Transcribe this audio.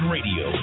Radio